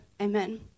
Amen